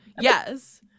Yes